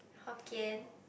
Hokkien